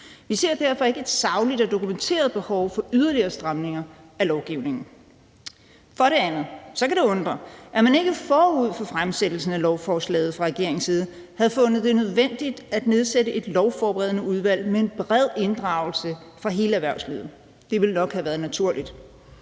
Vi ser derfor ikke et sagligt og dokumenteret behov for yderligere stramninger af lovgivningen. For det andet kan det undre, at man ikke forud for fremsættelsen af lovforslaget fra regeringens side havde fundet det nødvendigt at nedsætte et lovforberedende udvalg med en bred inddragelse af hele erhvervslivet. Det ville nok have været naturligt.